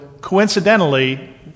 coincidentally